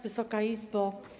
Wysoka Izbo!